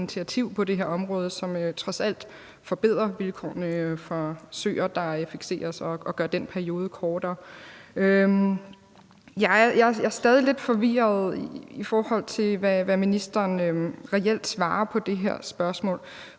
på det her område, som trods alt forbedrer vilkårene for søer, der fikseres, og som gør den periode kortere. Jeg er stadig lidt forvirret, i forhold til hvad ministeren reelt svarer på det her spørgsmål.